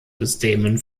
systemen